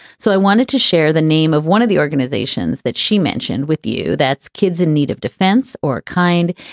so i wanted to share the name of one of the organizations that she mentioned with you. that's kids in need of defense or kind,